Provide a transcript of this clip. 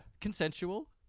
Consensual